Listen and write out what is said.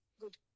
good